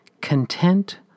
Content